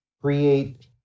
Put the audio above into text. create